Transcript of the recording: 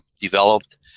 developed